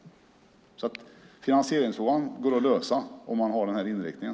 Finansieringsfrågan går alltså att lösa om man har den här inriktningen.